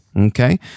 Okay